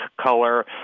color